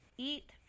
Eat